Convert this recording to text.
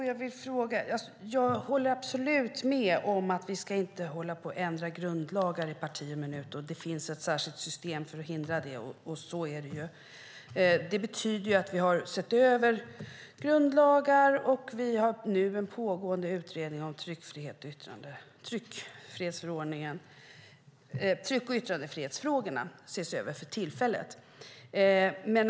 Herr talman! Jag håller absolut med om att vi inte ska ändra grundlagar i parti och minut. Det finns ett särskilt system för att hindra sådant. Det betyder att vi bland annat har sett över grundlagar, och nu finns en pågående utredning om tryck och yttrandefrihetsfrågorna.